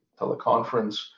teleconference